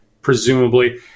presumably